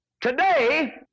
Today